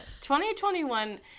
2021